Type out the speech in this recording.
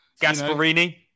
gasparini